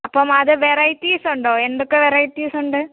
അപ്പം അത് വെറൈറ്റിസ് ഉണ്ടോ എന്തൊക്കെ വെറൈറ്റിസ് ഉണ്ട്